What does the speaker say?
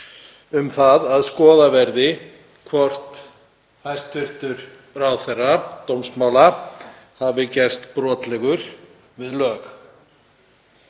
um að skoðað verði hvort hæstv. ráðherra dómsmála hafi gerst brotlegur við lög.